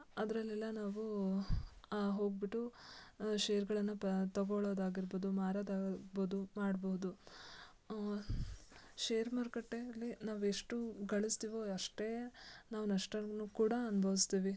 ಅದರಲ್ಲೆಲ್ಲ ನಾವೂ ಹೋಗಿಬಿಟ್ಟು ಶೇರುಗಳನ್ನ ಪ ತೊಗೋಳೋದ್ ಆಗಿರ್ಬೋದು ಮಾರೋದ್ ಆಗ್ಬೋದು ಮಾಡ್ಬೋದು ಶೇರು ಮಾರುಕಟ್ಟೆ ಅಲ್ಲಿ ನಾವು ಎಷ್ಟು ಗಳಿಸ್ತೀವೋ ಅಷ್ಟೇ ನಾವು ನಷ್ಟವನ್ನು ಕೂಡ ಅನ್ಬವಿಸ್ತೀವಿ